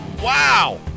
wow